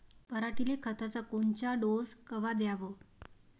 पऱ्हाटीले खताचा कोनचा डोस कवा द्याव?